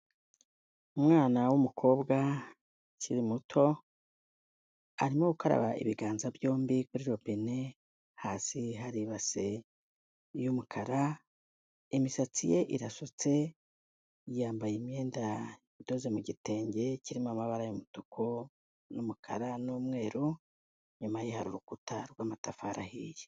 Umwana w'umukobwa ukiri muto, arimo gukaraba ibiganza byombi kuri robine, hasi hari ibase y'umukara, imisatsi ye irasutse, yambaye imyenda idoze mu gitenge kirimo amabara y'umutuku n'umukara n'umweru, inyuma ye hari urukuta rw'amatafari ahiye.